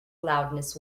loudness